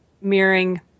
mirroring